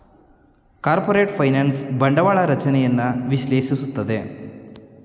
corporate finance ಬಂಡವಾಳ ರಚನೆಯನ್ನು ವಿಶ್ಲೇಷಿಸುತ್ತದೆ